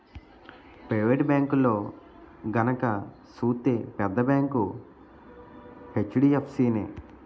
private బేంకుల్లో గనక సూత్తే పెద్ద బేంకు హెచ్.డి.ఎఫ్.సి నే